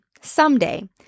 someday